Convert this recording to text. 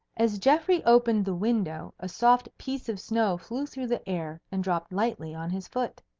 as geoffrey opened the window, a soft piece of snow flew through the air and dropped lightly on his foot.